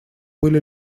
были